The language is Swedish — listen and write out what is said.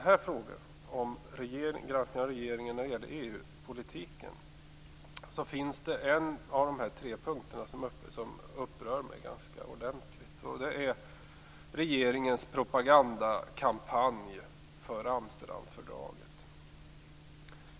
I frågan om granskning av regeringens EU-politik upprör mig en av de tre punkterna ordentligt. Det gäller regeringens propagandakampanj för Amsterdamfördraget.